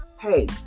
Hey